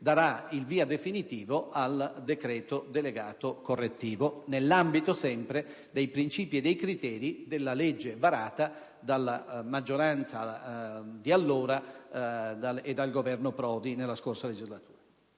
darà il via definitivo al decreto delegato correttivo, nell'ambito dei principi e dei criteri della legge varata dalla maggioranza di allora e dal Governo Prodi nella scorsa legislatura.